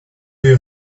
you